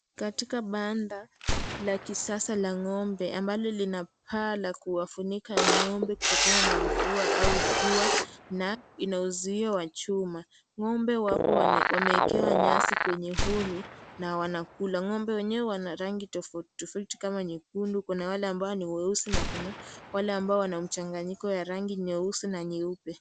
Katika banda la kisasa la ng'ombe ambalo lina paa la kuwafunika ng'ombe kutokana na mvua au jua, na inauzuio wa chuma ng'ombe wapo wamewekewa nyasi kwenye uni na wanakula, ng'ombe wenyewe wana rangi tofautitofauti kama nyekundu kuna wale ambao ni weusi na kuna wale ambao wana rangi ya mchanganyiko wa nyeusi na nyeupe.